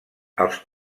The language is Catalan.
els